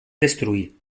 destruir